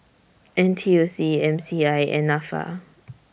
N T U C M C I and Nafa